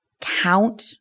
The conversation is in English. count